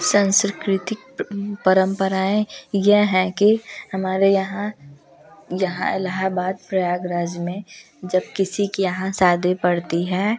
संस्कृतिक परम्पराएं यह है कि हमारे यहाँ यहाँ इलाहबाद प्रयागराज़ में जब किसी कि यहाँ शादी पड़ती है